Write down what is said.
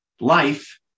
Life